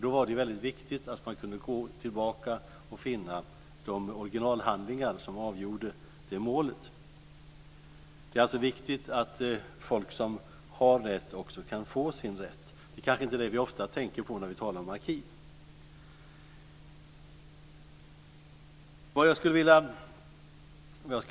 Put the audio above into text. Då var det väldigt viktigt att man kunde gå tillbaka och finna de orginalhandlingar som avgjorde det målet. Det är alltså viktigt att människor som har rätt också kan få sin rätt. Det är kanske inte det vi ofta tänker på när vi talar om arkiv.